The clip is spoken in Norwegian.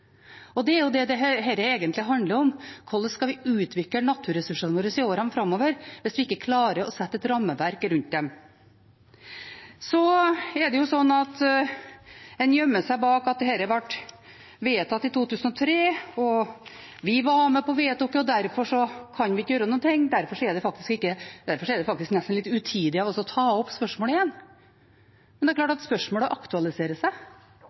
Og det er det dette egentlig handler om: Hvordan skal vi utvikle naturressursene våre i årene framover hvis vi ikke klarer å sette et rammeverk rundt dem? Så gjemmer en seg bak at dette ble vedtatt i 2003, og at vi var med på å vedta det, og derfor kan vi ikke gjøre noe, derfor er det faktisk nesten litt utidig av oss å ta opp spørsmålet igjen. Men det er